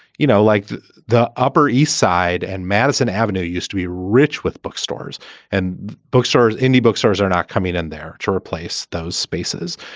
you know, like the upper east side and madison avenue used to be rich with bookstores and bookstores. indie bookstores are not coming in there to replace those spaces.